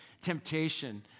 temptation